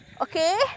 okay